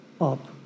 Up